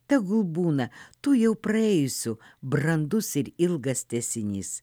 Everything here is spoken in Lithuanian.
tegul būna tų jau praėjusių brandus ir ilgas tęsinys